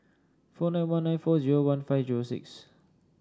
four nine one nine four zero one five zero six